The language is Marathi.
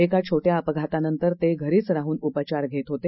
एका छोट्या अपघातानंतर ते घरीच राहून उपचार घेत होते